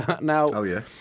Now